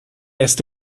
erst